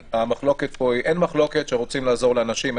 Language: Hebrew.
אין מחלוקת שרוצים לעזור לאנשים,